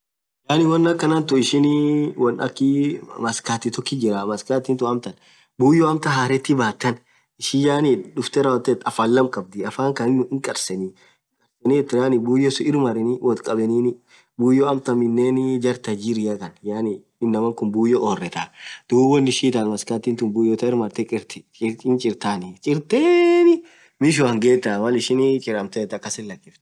Yaani won akha tuun ishini won akhii maskati tokkit jirah maskati tun amtaan buyoo amtan harrethi baaathu taan ishin yaani dhufte rawothethu afan lamm khabdhi affan Khan hin karrseni karrsenithu yaani buyyo suun irrr mareni woth khabenin buyyo amtan mineni jarrr thaa jiraa Khan yaan inamaa khun buyoo orretha. dhub won ishin itathu maskatin tun buyo taan irr marerhe chirthi chirteni chirtheee mwishoan ghetaa ishin chiramtethuu